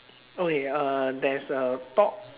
okay uh there's a thought